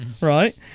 right